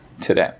today